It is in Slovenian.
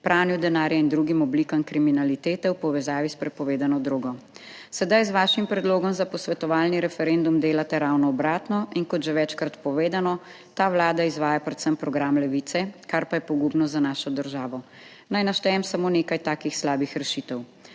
pranju denarja in drugim oblikam kriminalitete v povezavi s prepovedano drogo. Sedaj z vašim predlogom za posvetovalni referendum delate ravno obratno, in kot že večkrat povedano, ta Vlada izvaja predvsem program Levice, kar pa je pogubno za našo državo. Naj naštejem samo nekaj takih slabih rešitev: